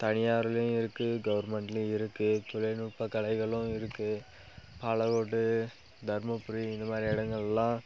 தனியார்லேயும் இருக்குது கவர்மெண்ட்லேயும் இருக்குது தொழில்நுட்பக்கலைகளும் இருக்குது பாலக்கோடு தருமபுரி இது மாதிரி இடங்கள்லாம்